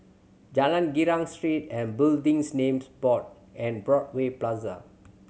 Jalan Girang Street and Buildings Named Board and Broadway Plaza